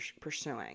pursuing